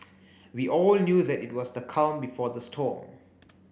we all knew that it was the calm before the storm